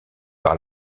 par